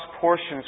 portions